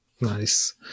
Nice